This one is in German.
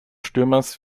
stürmers